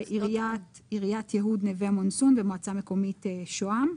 עיריית יהוד-נווה מונסון ומועצה מקומית שוהם.